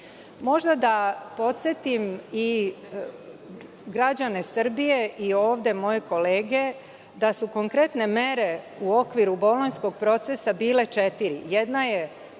bodova. Da podsetim građane Srbije i ovde moje kolege da su konkretne mere u okviru Bolonjskog procesa bile četiri.